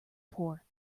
poor